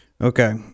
okay